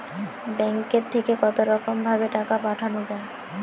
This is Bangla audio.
ব্যাঙ্কের থেকে কতরকম ভাবে টাকা পাঠানো য়ায়?